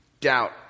doubt